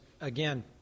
again